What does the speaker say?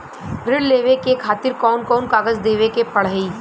ऋण लेवे के खातिर कौन कोन कागज देवे के पढ़ही?